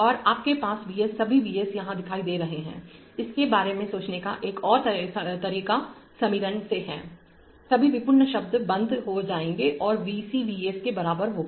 तो आपके पास V s सभी V s यहां दिखाई दे रहे हैं इसके बारे में सोचने का एक और तरीका समीकरण से है सभी व्युत्पन्न शब्द बंद हो जाएंगे और V c V s के बराबर होगा